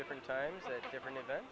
different times a different event